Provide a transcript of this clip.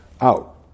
out